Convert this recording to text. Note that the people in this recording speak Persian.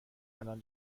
الان